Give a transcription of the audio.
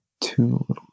Two